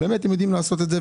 באמת הם יודעים לעשות את זה,